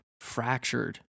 fractured